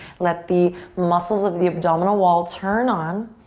let the muscles of the abdominal wall turn on.